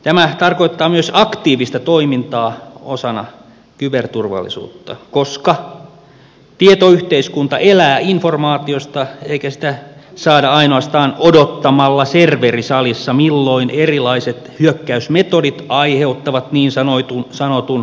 tämä tarkoittaa myös aktiivista toimintaa osana kyberturvallisuutta koska tietoyhteiskunta elää informaatiosta eikä sitä saada ainoastaan odottamalla serverisalissa milloin erilaiset hyökkäysmetodit aiheuttavat niin sanotun punaisen hälytyksen